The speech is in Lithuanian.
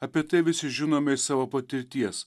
apie tai visi žinome iš savo patirties